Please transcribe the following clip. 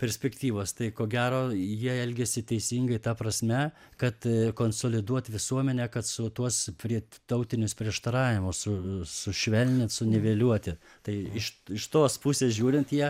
perspektyvos tai ko gero jie elgėsi teisingai ta prasme kad konsoliduot visuomenę kad su tuos prie tautinius prieštaravimus su sušvelnint suniveliuoti tai iš iš tos pusės žiūrint jie